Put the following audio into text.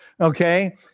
okay